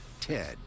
Ted